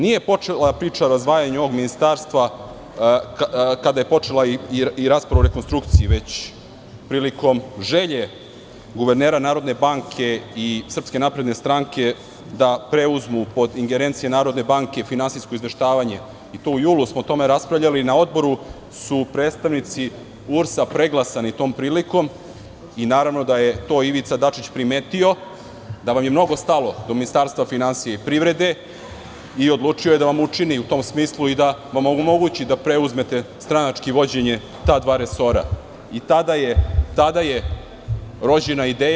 Nije počela priča razdvajanja ovog ministarstva kada je počela i rasprava o rekonstrukciji, već prilikom želje guvernera NB i SNS da preuzmu pod ingerencije NB finansijsko izveštavanje i to u julu smo o tome raspravljali, na odboru su predstavnici URS preglasani tom prilikom i naravno da je to Ivica Dačić primetio da vam je mnogo stalo do Ministarstva finansija i privrede i odlučio je da vam učini u tom smislu i da vam omogući da preuzmete stranački vođenje ta dva resora i tada je rođena ideja.